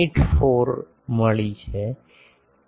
784 મળી છે